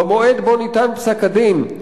במועד שבו ניתן פסק-הדין,